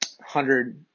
hundred